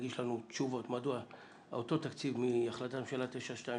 מהיום תשובה בכתב לוועדה מדוע אותו תקציב מהחלטת ממשלה 922